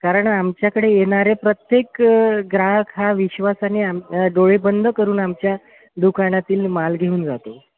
कारण आमच्याकडे येणारे प्रत्येक ग्राहक हा विश्वासाने आम डोळे बंद करून आमच्या दुकानातील माल घेऊन जातो